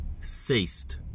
ceased